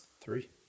Three